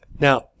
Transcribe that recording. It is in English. Now